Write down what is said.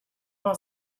all